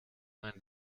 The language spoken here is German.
ein